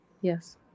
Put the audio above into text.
Yes